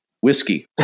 whiskey